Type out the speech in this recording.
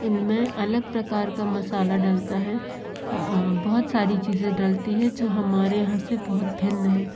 इन में अलग प्रकार का मसाला डलता है बहुत सारी चीज़ें डलती हैं जो हमारे यहाँ से बहुत भिन्न है